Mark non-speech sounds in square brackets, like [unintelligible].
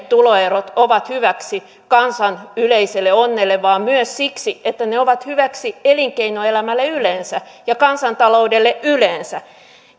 [unintelligible] tuloerot ovat hyväksi kansan yleiselle onnelle vaan myös siksi että ne ovat hyväksi elinkeinoelämälle yleensä ja kansantaloudelle yleensä